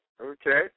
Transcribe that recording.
Okay